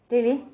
really